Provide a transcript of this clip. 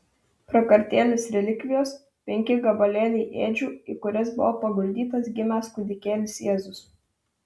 prakartėlės relikvijos penki gabalėliai ėdžių į kurias buvo paguldytas gimęs kūdikėlis jėzus